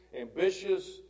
ambitious